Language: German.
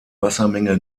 wassermenge